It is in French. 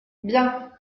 bien